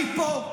אני פה.